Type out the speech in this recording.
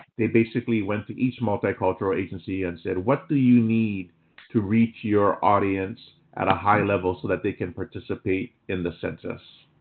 they basically went to each multicultural agency and said, what do you need to reach your audience at a high level so that they can participate in the census.